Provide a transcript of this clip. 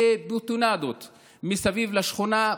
בבטונדות מסביב לשכונה,